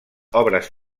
obres